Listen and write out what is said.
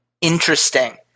interesting